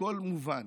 הכול מובן.